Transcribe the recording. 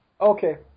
okay